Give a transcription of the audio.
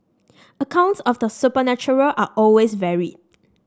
accounts of the supernatural are always varied